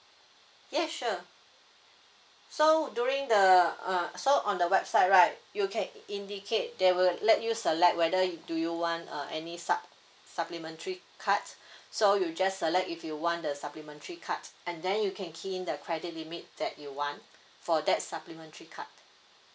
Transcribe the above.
yes sure so during the uh so on the website right you can indicate they will let you select whether do you want uh any supp~ supplementary card so you just select if you want the supplementary card and then you can key in the credit limit that you want for that supplementary card